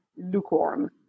lukewarm